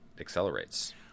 accelerates